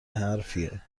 حرفیه